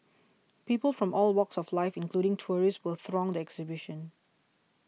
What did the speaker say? people from all walks of life including tourists still throng the exhibition